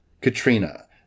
Katrina